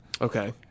Okay